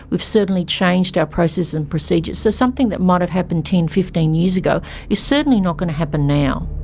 we've have certainly changed our processes and procedures. so something that might have happened ten, fifteen years ago is certainly not going to happen now.